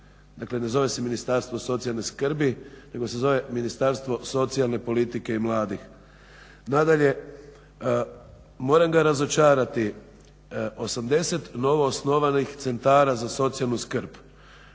dakle ne zove se Ministarstvo socijalne skrbi nego se zove Ministarstvo socijalne politike i mladih. Nadalje, moram ga razočarati, 80 novoosnovanih centara za socijalnu skrb,